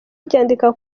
ryandika